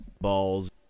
Balls